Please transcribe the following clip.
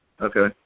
okay